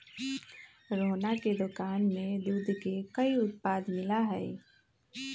रोहना के दुकान में दूध के कई उत्पाद मिला हई